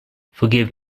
forgive